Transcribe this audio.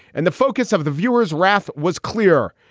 and the focus of the viewer's wrath was clear.